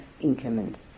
increments